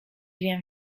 wiem